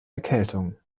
erkältung